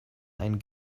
einen